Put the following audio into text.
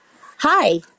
Hi